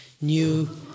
new